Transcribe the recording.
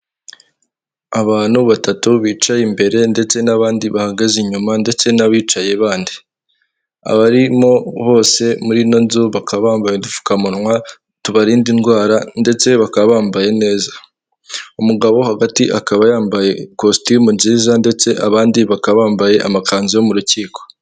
Abantu batatu bicaye imbere ndetse n'abandi bahagaze inyuma ndetse n'abicaye bandi, abarimo bose muri ino nzu bakaba bambaye udupfukamunwa tubarinda indwara, ndetse bakaba bambaye neza umugabo wo hagati akaba yambaye ikositimu nziza ndetse abandi bakaba bambaye amakanzu yo mu rukiko.